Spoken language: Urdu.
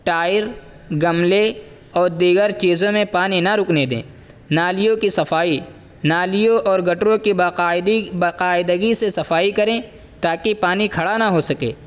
ٹائر گملے اور دیگر چیزوں میں پانی نہ رکنے دیں نالیوں کی صفائی نالیوں اور گٹروں کی باقاعدگی سے صفائی کریں تاکہ پانی کھڑا نہ ہو سکے